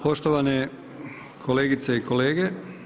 Poštovane kolegice i kolege.